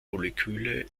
moleküle